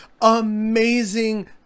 amazing